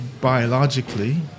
biologically